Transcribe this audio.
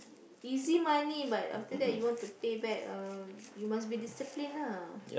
easy money but after that you want to pay back uh you must be discipline lah